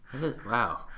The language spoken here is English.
wow